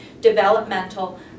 developmental